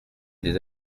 des